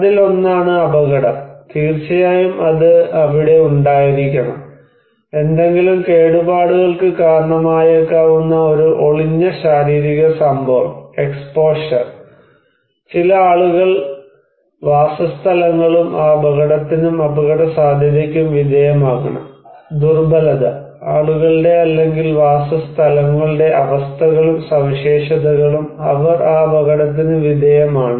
അതിലൊന്നാണ് അപകടം തീർച്ചയായും അത് അവിടെ ഉണ്ടായിരിക്കണം എന്തെങ്കിലും കേടുപാടുകൾക്ക് കാരണമായേക്കാവുന്ന ഒരു ഒളിഞ്ഞ ശാരീരിക സംഭവം എക്സ്പോഷർ ചില ആളുകളും വാസസ്ഥലങ്ങളും ആ അപകടത്തിനും അപകടസാധ്യതയ്ക്കും വിധേയമാകണം ദുർബലത ആളുകളുടെ അല്ലെങ്കിൽ വാസസ്ഥലങ്ങളുടെ അവസ്ഥകളും സവിശേഷതകളും അവർ ആ അപകടത്തിന് വിധേയമാണ്